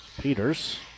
Peters